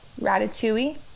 Ratatouille